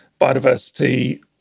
biodiversity